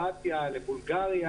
אורי,